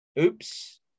Oops